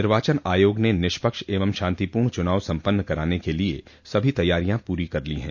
निर्वाचन आयोग ने निष्पक्ष एवं शान्तिपूर्ण चुनाव सम्पन्न कराने के लिए सभी तैयारियां पूरी कर ली हैं